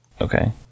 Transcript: Okay